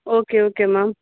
okay okay ma'am